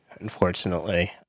unfortunately